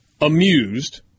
amused